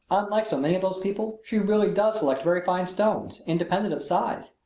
unlike so many of those people, she really does select very fine stones, independent of size.